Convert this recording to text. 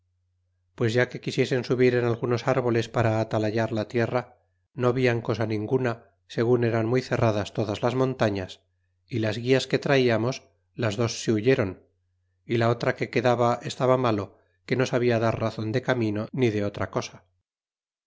pues ya que quisiesen subir en algunos árboles para atalayar la tierra no vian cosa ninguna segun eran muy cerradas todas las montañas y las gulas que traiamos las dos se huyéron y la otra que quedaba estaba malo que no sabia dar razon de camino ni de otra cosa